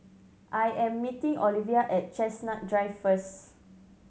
I am meeting Olivia at Chestnut Drive first